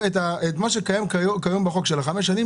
את מה שקיים כיום בחוק של ה-5 שנים,